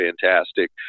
fantastic